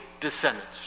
descendants